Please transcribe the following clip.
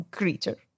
creature